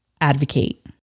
advocate